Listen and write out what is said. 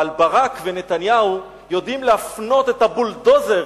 אבל ברק ונתניהו יודעים להפנות את הבולדוזר,